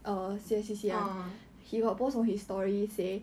uh